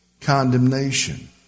condemnation